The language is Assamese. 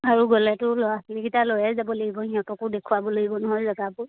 আৰু গ'লেতো ল'ৰা ছোৱালীকেইটা লৈয়ে যাব লাগিব সিহঁতকো দেখুৱাব লাগিব নহয় জেগাবোৰ